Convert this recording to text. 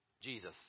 Jesus